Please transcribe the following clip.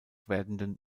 werdenden